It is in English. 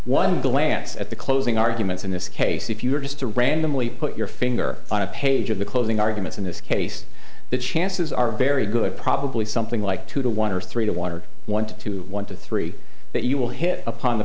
one glance at the closing arguments in this case if you were just to randomly put your finger on a page of the closing arguments in this case the chances are very good probably something like two to one or three to one or one to two one to three that you will hit upon the